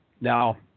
Now